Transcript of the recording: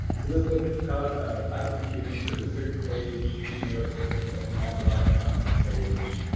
so this is the cloud computing for research page. you notice it looks like an awful lot like our home page.